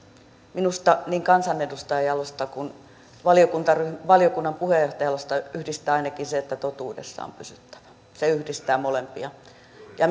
minusta niin kansanedustaja jalosta kuin valiokunnan puheenjohtaja jalosta yhdistää ainakin se että totuudessa on pysyttävä se yhdistää molempia ja